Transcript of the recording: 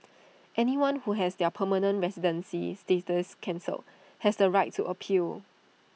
anyone who has their permanent residency status cancelled has the right to appeal